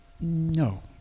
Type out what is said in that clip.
No